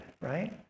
right